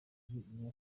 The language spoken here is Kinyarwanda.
icyenda